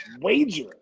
wager